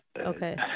Okay